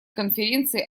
конференции